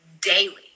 daily